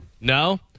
No